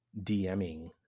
DMing